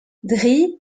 dre